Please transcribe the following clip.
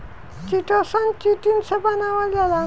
chitosan, chitin से बनावल जाला